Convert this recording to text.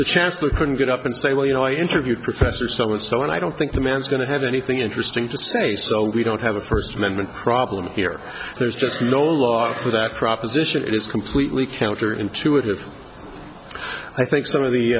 the chancellor can get up and say well you know i interviewed professor so and so and i don't think the man's going to have anything interesting to say so we don't have a first amendment problem here there's just no law for that proposition it is completely counter intuitive i think some of the